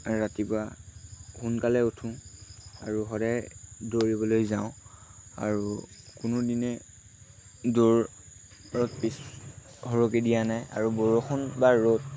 ৰাতিপুৱা সোনকালে উঠোঁ আৰু সদায় দৌৰিবলৈ যাওঁ আৰু কোনো দিনে দৌৰত পিছ সৰকি দিয়া নাই আৰু বৰষুণ বা ৰ'দ